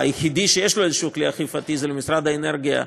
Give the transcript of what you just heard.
היחיד שיש לו איזשהו כלי אכיפתי זה משרד האנרגיה,